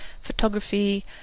photography